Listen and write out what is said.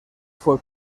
fue